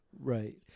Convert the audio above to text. Right